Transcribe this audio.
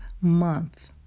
month